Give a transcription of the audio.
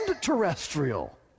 terrestrial